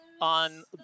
on